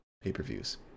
pay-per-views